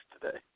today